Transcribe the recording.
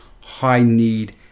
high-need